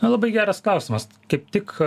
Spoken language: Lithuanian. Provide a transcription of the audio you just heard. labai geras klausimas kaip tik